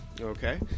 Okay